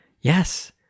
yes